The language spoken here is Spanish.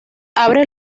abre